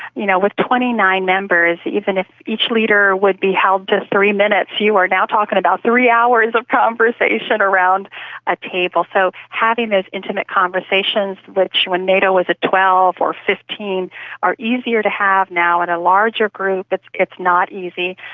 you know, with twenty nine members, even if each leader would be held to three minutes, you are now talking about three hours of conversation around a table. so having those intimate conversations, which when nato was at twelve or fifteen are easier to have, now in a larger group it's it's not easy.